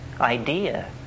idea